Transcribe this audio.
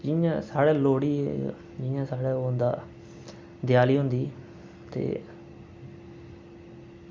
जियां साढ़े लोह्ड़ी जियां साढ़े एह् होंदा देआली होंदी ते